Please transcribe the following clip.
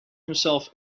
himself